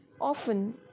often